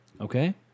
Okay